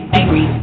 angry